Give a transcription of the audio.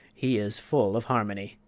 he is full of harmony.